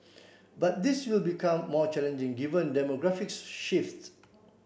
but this will become more challenging given demographic shifts